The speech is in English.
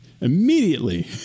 Immediately